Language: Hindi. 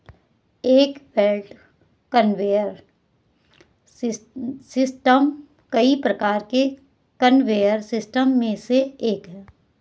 एक बेल्ट कन्वेयर सिस्टम कई प्रकार के कन्वेयर सिस्टम में से एक है